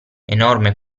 enorme